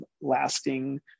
lasting